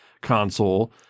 console